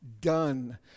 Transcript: done